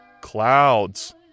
clouds